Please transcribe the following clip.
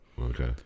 Okay